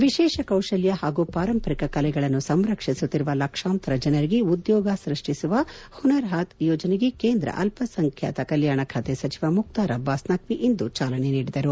ವಿಶೇಷ ಕೌಶಲ್ತ ಹಾಗೂ ಪಾರಂಪರಿಕ ಕಲೆಗಳನ್ನು ಸಂರಕ್ಷಿಸುತ್ತಿರುವ ಲಕ್ಷಾಂತರ ಜನರಿಗೆ ಉದ್ಕೋಗ ಸೃಷ್ಟಿಸುವ ಹುನರ್ ಹಾತ್ ಯೋಜನೆಗೆ ಕೇಂದ್ರ ಅಲ್ಲ ಸಂಖ್ಯಾತ ಕಲ್ಯಾಣ ಖಾತೆ ಸಚಿವ ಮುಕ್ತಾರ್ ಅಬ್ಲಾಸ್ ನಖ್ಲಿ ಇಂದು ಚಾಲನೆ ನೀಡಿದರು